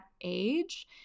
age